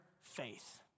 faith